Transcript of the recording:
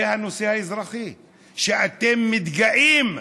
זה הנושא האזרחי שאתם מתגאים בו,